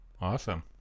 Awesome